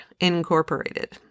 Incorporated